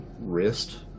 wrist